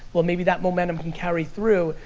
well, maybe that momentum can carry through.